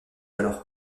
alors